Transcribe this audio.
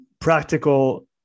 practical